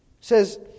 says